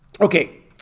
Okay